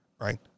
right